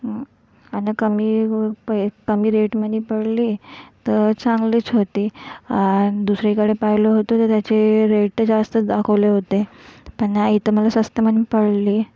आणि कमी रुपये कमी रेटमध्ये पडली तर चांगलीच होती आणि दुसरीकडे पाहिलं होतं तर त्याचे रेट तर जास्तच दाखवले होते पण या इथं मला स्वस्तमध्ये पडली